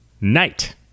night